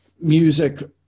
music